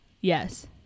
yes